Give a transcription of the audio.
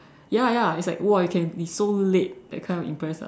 ya ya it's like !wah! you can be so late that kind of impressed ah